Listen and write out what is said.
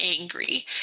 angry